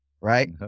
Right